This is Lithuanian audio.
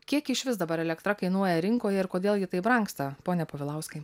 kiek išvis dabar elektra kainuoja rinkoje ir kodėl ji taip brangsta pone povilauskas